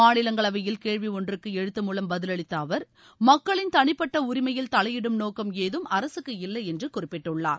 மாநிலங்களவையில் கேள்வி ஒன்றுக்கு எழுத்து மூலம் பதிலளித்த அவர் மக்களின் தனிப்பட்ட உரிமையில் தலையிடும் நோக்கம் ஏதும் அரசுக்கு இல்லையென்று குறிப்பிட்டுள்ளார்